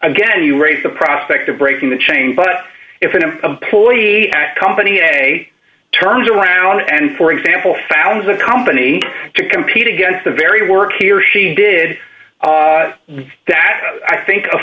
again you raise the prospect of breaking the chain but if an employee at company a turned around and for example found the company to compete against the very work he or she did that i think